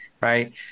right